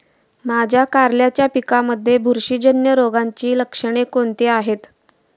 माझ्या कारल्याच्या पिकामध्ये बुरशीजन्य रोगाची लक्षणे कोणती आहेत?